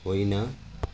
होइन